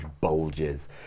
bulges